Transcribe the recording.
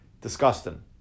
Disgusting